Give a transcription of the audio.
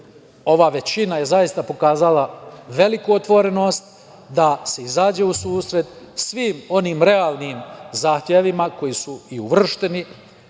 ova većina je zaista pokazala veliku otvorenost da se izađe u susret svim onim realnim zahtevima koji su i uvršteni